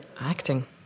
acting